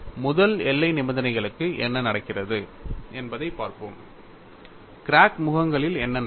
முதல் எல்லை நிபந்தனைகளுக்கு என்ன நடக்கிறது என்பதைப் பார்த்தோம் கிராக் முகங்களில் என்ன நடக்கும்